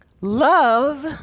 Love